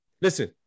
Listen